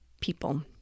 people